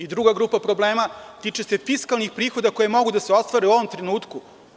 Druga grupa problema, tiče se fiskalnih prihoda koji mogu da se ostvare u ovom trenutku.